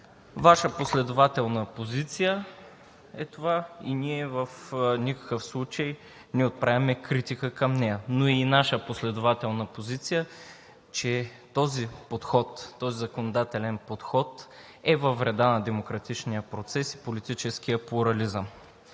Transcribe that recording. Ваша последователна позиция е това, и ние в никакъв случай не отправяме критика към нея, но и наша последователна позиция е, че този законодателен подход е във вреда на демократичния процес и политическия плурализъм.